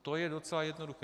To je docela jednoduché.